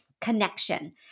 connection